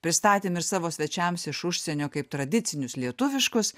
pristatėm ir savo svečiams iš užsienio kaip tradicinius lietuviškus